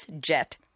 jet